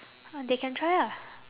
they can try ah